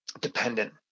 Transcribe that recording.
dependent